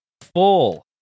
full